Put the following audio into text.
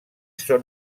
són